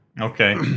Okay